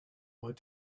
want